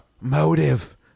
Motive